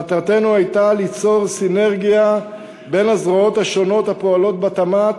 מטרתנו הייתה ליצור סינרגיה בין הזרועות השונות הפועלות בתמ"ת,